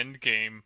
Endgame